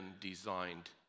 designed